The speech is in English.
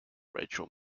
rachel